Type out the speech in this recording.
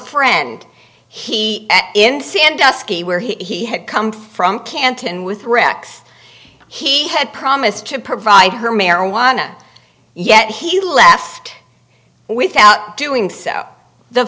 friend he in sandusky where he had come from canton with rex he had promised to provide her marijuana yet he left without doing so the